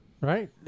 right